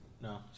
No